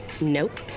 Nope